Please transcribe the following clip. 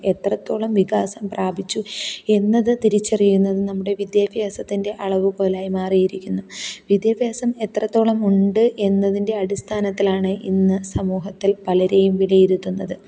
എത്രത്തോളം വികാസം പ്രാപിച്ചു എന്നത് തിരിച്ചറിയുന്നത് നമ്മുടെ വിദ്യാഭ്യാസത്തിന്റെ അളവുകോലായി മാറിയിരിക്കുന്നു വിദ്യാഭ്യാസം എത്രത്തോളം ഉണ്ട് എന്നതിന്റെ അടിസ്ഥാനത്തിലാണ് ഇന്ന് സമൂഹത്തില് പലരെയും വിലയിരുത്തുന്നത്